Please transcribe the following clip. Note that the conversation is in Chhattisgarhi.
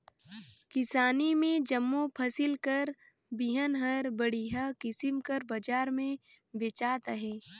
किसानी में जम्मो फसिल कर बीहन हर बड़िहा किसिम कर बजार में बेंचात अहे